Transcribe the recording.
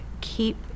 keep